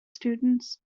students